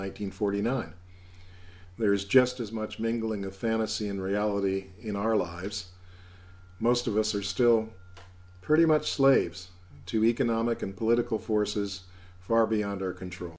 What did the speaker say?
hundred forty nine there is just as much mingling of fantasy and reality in our lives most of us are still pretty much slaves to economic and political forces far beyond our control